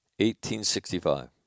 1865